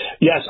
Yes